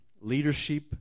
leadership